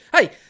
Hey